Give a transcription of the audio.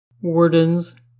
wardens